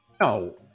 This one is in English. No